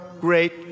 great